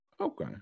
Okay